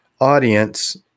Audience